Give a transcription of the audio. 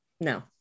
no